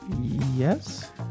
Yes